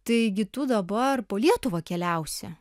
taigi tų dabar po lietuvą keliausi